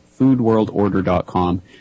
foodworldorder.com